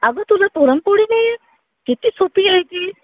अगं तुला पुरणपोळी नाही येत किती सोप्पी आहे ती